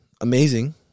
amazing